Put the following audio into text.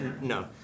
no